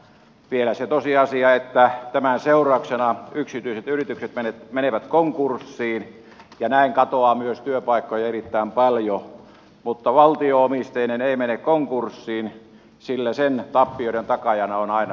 vielä se tosiasia että tämän seurauksena yksityiset yritykset menevät konkurssiin ja näin katoaa myös työpaikkoja erittäin paljon mutta valtio omisteinen ei mene konkurssiin sillä sen tappioiden takaajana olemme aina me veronmaksajat